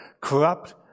corrupt